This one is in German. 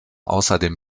außerdem